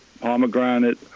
pomegranate